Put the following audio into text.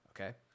okay